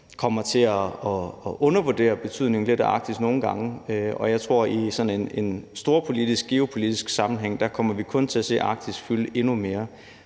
kommer til at undervurdere betydningen af Arktis lidt nogle gange, og jeg tror, at i sådan en storpolitisk, geopolitisk sammenhæng kommer vi kun til at se Arktis fylde endnu mere.